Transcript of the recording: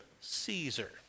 Caesar